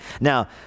Now